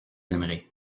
aimerez